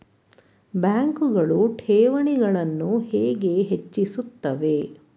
ಬ್ಯಾಂಕುಗಳು ಠೇವಣಿಗಳನ್ನು ಹೇಗೆ ಹೆಚ್ಚಿಸುತ್ತವೆ?